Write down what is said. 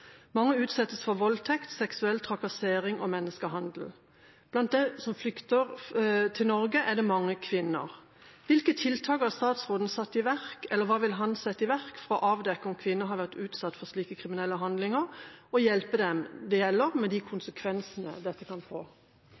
Mange utsettes for voldtekt, seksuell trakassering og menneskehandel. Blant dem som flykter til Norge, er det mange kvinner. Hvilke tiltak har statsråden satt i verk, eller vil han sette i verk for å avdekke om kvinner har vært utsatt for slike kriminelle handlinger og hjelpe dem det gjelder med konsekvensene av slik kriminalitet?» La meg først få